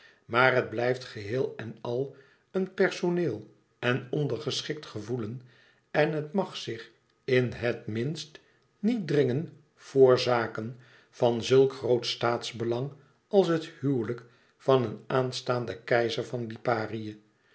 maar het blijft geheel en al een personeel en ondergeschikt gevoelen en het mag zich in het minst niet dringen vor zaken van zulk groot staatsbelang als het huwelijk van een aanstaanden keizer van liparië